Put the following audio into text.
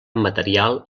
material